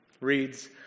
reads